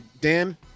Dan